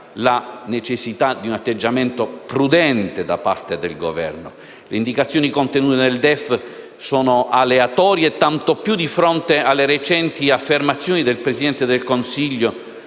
Manca un atteggiamento prudente da parte del Governo. Le indicazioni contenute nel DEF sono aleatorie, tanto più di fronte alle recenti affermazioni del Presidente del Consiglio,